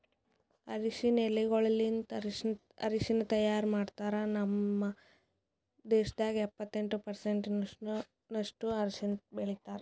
ಅರಶಿನ ಎಲಿಗೊಳಲಿಂತ್ ಅರಶಿನ ತೈಯಾರ್ ಮಾಡ್ತಾರ್ ಮತ್ತ ನಮ್ ದೇಶದಾಗ್ ಎಪ್ಪತ್ತೆಂಟು ಪರ್ಸೆಂಟಿನಷ್ಟು ಅರಶಿನ ಬೆಳಿತಾರ್